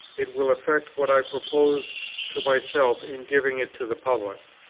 it will effect what i propose to myself in giving it to the public.